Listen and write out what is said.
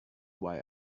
why